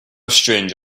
strange